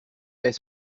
est